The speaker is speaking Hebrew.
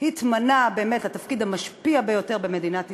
התמנה באמת לתפקיד המשפיע ביותר במדינת ישראל.